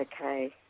Okay